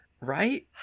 right